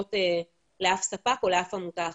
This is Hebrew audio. ישירות לאף ספק או לאף עמותה אחרת.